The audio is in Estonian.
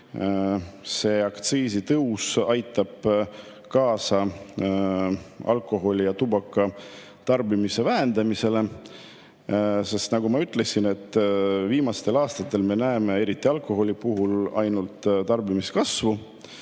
see aktsiisitõus aitab kaasa alkoholi ja tubaka tarbimise vähendamisele. Nagu ma ütlesin, viimastel aastatel me näeme eriti alkoholi puhul ainult tarbimise kasvu